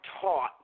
taught